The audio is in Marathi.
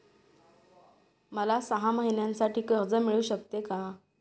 मला सहा महिन्यांसाठी कर्ज मिळू शकते का?